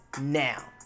now